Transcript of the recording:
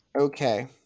okay